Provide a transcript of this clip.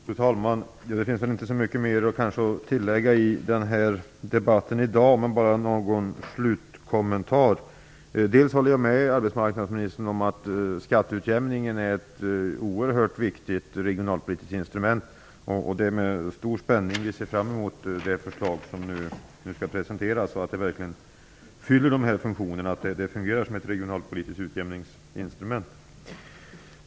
Fru talman! Det finns inte så mycket mer att tilllägga i debatten i dag. Låt mig bara ge en slutkommentar. Jag håller med arbetsmarknadsministern om att skatteutjämningen är ett oerhört viktigt regionalpolitiskt instrument. Det är med stor spänning som vi ser fram emot det förslag som nu skall presenteras. Vi hoppas att det verkligen fyller dessa funktioner och fungerar som ett regionalpolitiskt utjämningsinstrument.